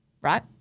right